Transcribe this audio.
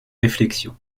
réflexion